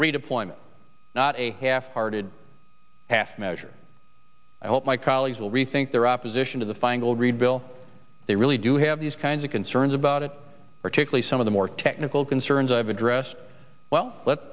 redeployment not a half hearted half measure i hope my colleagues will rethink their opposition to the feingold reid bill they really do have these kinds of concerns about it particularly some of the more technical concerns i've addressed well let